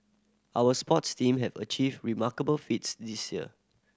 our sports team have achieved remarkable feats this year